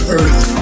earth